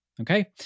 Okay